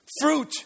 Fruit